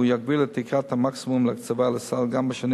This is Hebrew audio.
הוא יגביל את תקרת המקסימום להקצבה לסל גם בשנים